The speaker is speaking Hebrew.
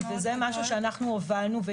זה משהו שאנחנו הובלנו,